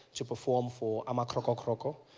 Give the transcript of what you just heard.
to perform for ama kroko kroko.